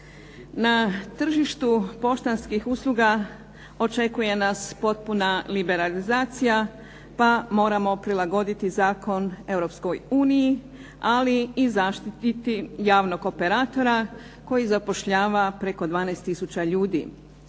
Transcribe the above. Na tržištu poštanskih usluga očekuje nas potpuna liberalizacija, pa moramo prilagoditi zakon Europskoj uniji, ali i zaštiti javnog operatora koji zapošljava preko 12 tisuća ljudi.